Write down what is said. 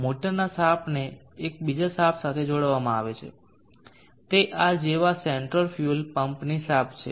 મોટરના શાફ્ટને એક બીજા શાફ્ટ સાથે જોડવામાં આવે છે તે આ જેવા સેન્ટ્રલ ફ્યુએલ પંપની શાફ્ટ છે